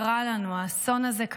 האסון הזה,